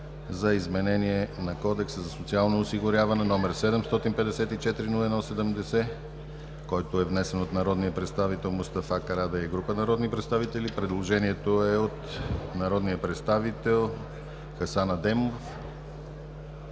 за изменение на Кодекса за социално осигуряване № 754-01-70, който е внесен от народния представител Мустафа Карадайъ и група народни представители. Предложението е от народния представител Хасан Адемов.